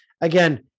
Again